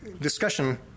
discussion